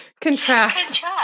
contrast